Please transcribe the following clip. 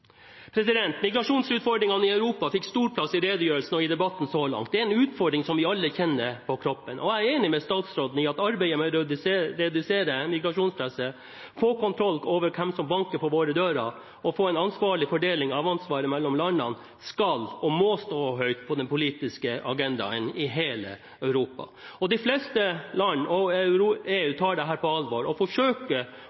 Migrasjonsutfordringene i Europa fikk stor plass i redegjørelsen, og i debatten så langt. Det er en utfordring som vi alle kjenner på kroppen. Og jeg er enig med statsråden i at arbeidet med å redusere migrasjonspresset, få kontroll over hvem som banker på våre dører, og få en ansvarlig fordeling av ansvaret mellom landene, skal og må stå høyt på den politiske agendaen i hele Europa. De fleste land og EU